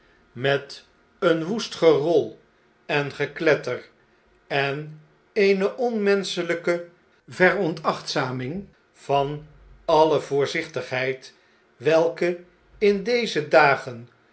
met een woest gerol en gekletter en eene onmenscheljjke veronachtzaming van allevoorzichtigheid welke in deze dagen